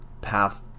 path